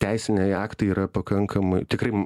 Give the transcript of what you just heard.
teisiniai aktai yra pakankamai tikrai